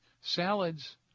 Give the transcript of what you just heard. salads